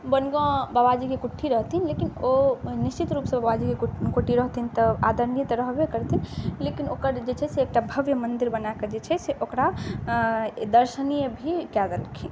बनगांँव बाबाजीके कुटी रहथिन लेकिन ओ निश्चित रूपसँ बाबाजीके कुटी रहथिन तऽ आदरणीय तऽ रहबे करथिन लेकिन ओकर जे छै से एकटा भव्य मन्दिर बनाकऽ जे छै से ओकरा दर्शनीय भी कऽ देलखिन